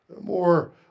More